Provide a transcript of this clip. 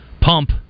pump